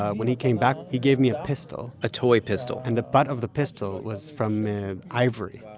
ah when he came back, he gave me a pistol a toy pistol and the butt of the pistol was from ivory.